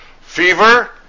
fever